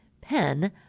pen